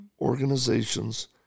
organizations